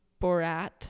Borat